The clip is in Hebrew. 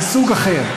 אז שוב,